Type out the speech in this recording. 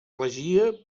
regia